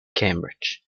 cambridge